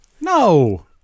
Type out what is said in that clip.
No